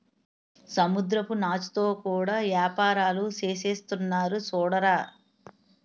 సముద్రపు నాచుతో కూడా యేపారాలు సేసేస్తున్నారు సూడరా